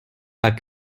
pas